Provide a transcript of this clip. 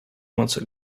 months